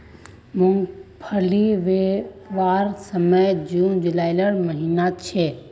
मूंगफली बोवार समय जून जुलाईर महिना छे